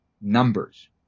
numbers